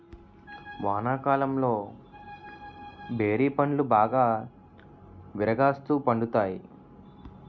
వానాకాలంలో బేరి పండ్లు బాగా విరాగాస్తు పండుతాయి